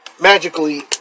magically